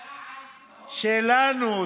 שלנו.